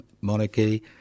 monarchy